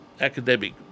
academic